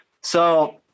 So-